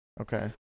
Okay